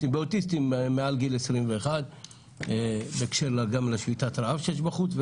באוטיסטים מעל גיל 21 בהקשר לשביתת הרעב שיש בחוץ.